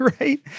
Right